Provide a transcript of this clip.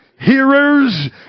hearers